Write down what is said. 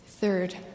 Third